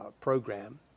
program